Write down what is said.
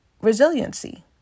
Resiliency